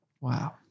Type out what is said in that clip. Wow